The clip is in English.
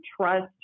trust